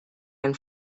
and